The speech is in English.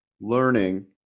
learning